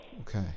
Okay